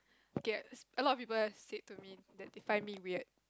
gasp a lot of people said to me that they find me weird